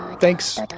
Thanks